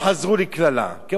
כמו שהוא תכנן בהתחלה.